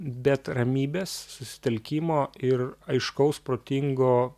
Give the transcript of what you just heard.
bet ramybės susitelkimo ir aiškaus protingo